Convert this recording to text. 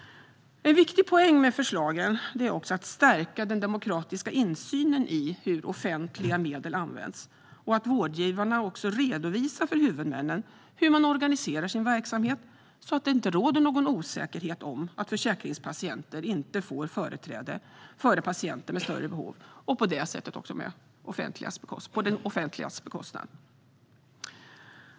En viktig poäng med förslagen är att stärka den demokratiska insynen i hur offentliga medel används och att vårdgivarna redovisar för huvudmännen hur man organiserar sin verksamhet så att det inte råder någon osäkerhet om att försäkringspatienter inte får företräde före patienter med större behov och på sättet på det offentligas bekostnad.